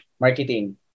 Marketing